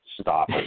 stop